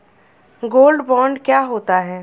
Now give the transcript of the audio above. Gold bond क्या होता है?